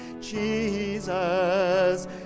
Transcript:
Jesus